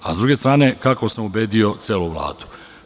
Sa druge strane kako sam ubedio celu Vladu?